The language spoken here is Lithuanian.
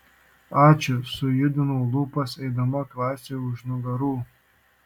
ačiū sujudinau lūpas eidama klasei už nugarų